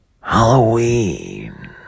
Halloween